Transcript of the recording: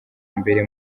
mbere